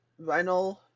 vinyl